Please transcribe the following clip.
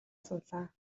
суулаа